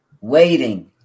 Waiting